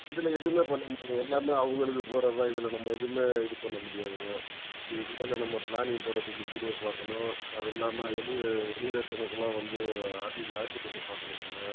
இதில் எதுவுமே பண்ண முடியாது எல்லாமே அவங்களுக்கு போகிறது தான் இதில் நம்ம எதுமே இது பண்ண முடியாதுங்கள் இதுக்கு இந்தாண்ட நம்ம ப்ளானிங் போடுறதுக்கு இன்ஜினியர் பார்க்கணும் அது இல்லாமல் எலி எலிவேஷனுக்குலாம் வந்து ஆர்க்கி ஆர்க்கிடெக்சர் பார்க்கணும் நம்ம